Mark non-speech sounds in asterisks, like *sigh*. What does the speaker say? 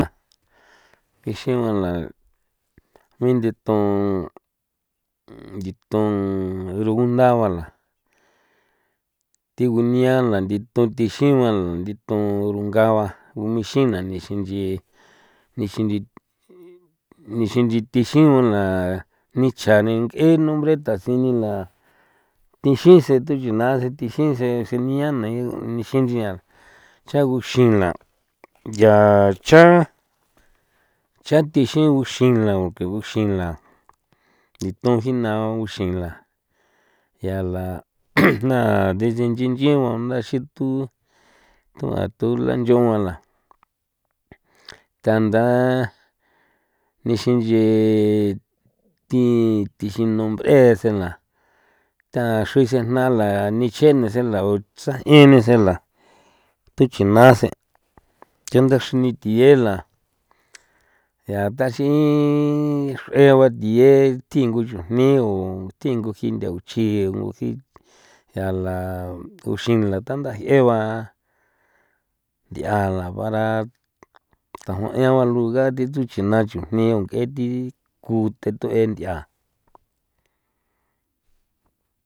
*noise* nixi gua la ni ndithon ndithon rugunda gua la thi gunia la ndithon thi xii gua la ndithon rungaba *hesitation* ixi na nixin nchi nixin nchi nixin nchi tixin gua la nichja ning'e nombre thasini la thixi sen thuyuna thijise jeniana nixin nchia cha guxina ya cha cha thixin uxila ke guxin la ndithon jina uxila ya la *noise* naa de nchinchi nchingua na xithu thua thula nchuala thanda nixin nche thi thijii nombre sela tha xruisi jna la nii che na se la gutsa e nese la thuchina se' chunda xi thiela ya thaxi egua thie thingu chujni o thingu jinde uchi ngu nguji ya la uxin la thanda 'ieba nd'ia la bara *noise* thajuan eba lugar ndithu chena chujni o nk'e thi kutent'ue nd'ia.